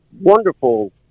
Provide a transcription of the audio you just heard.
wonderful